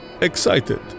excited